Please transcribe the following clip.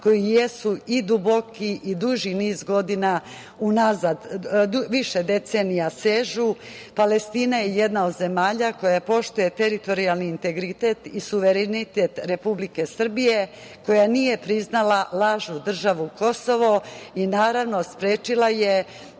koji jesu i duboki i duži niz godina, više decenija unazad sežu. Palestina je jedna od zemalja koja poštuje teritorijalni integritet i suverenitet Republike Srbije, koja nije priznala lažnu državu Kosovo i naravno sprečila je